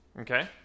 Okay